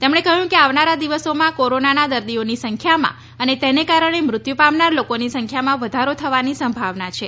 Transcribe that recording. તેમણે કહ્યું કે આવનારો દિવસોમાં કોરોનાના દર્દીઓની સંખ્યામાં અને તેને કારણે મૃત્યુ પામનારા લોકોની સંખ્યામાં વધારો થવાની સંભાવના છે